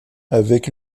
avec